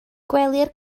gwelir